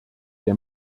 der